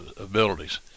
abilities